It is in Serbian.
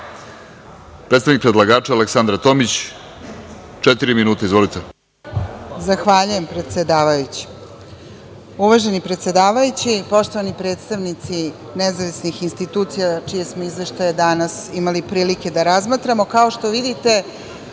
predstavnik predlagača, Aleksandra Tomić, četiri minuta. Izvolite.